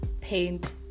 paint